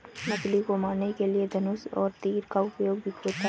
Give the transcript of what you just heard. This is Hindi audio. मछली को मारने के लिए धनुष और तीर का उपयोग भी होता है